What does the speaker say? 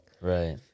Right